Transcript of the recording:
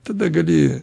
tada gali